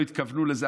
לא התכוונו לזה.